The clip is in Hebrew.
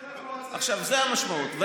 זאת המשמעות.